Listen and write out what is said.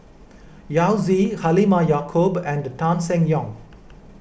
Yao Zi Halimah Yacob and Tan Seng Yong